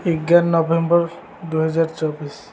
ଏଗାର ନଭେମ୍ବର ଦୁଇହଜାର ଚବିଶ